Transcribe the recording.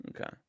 Okay